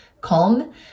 calm